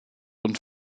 und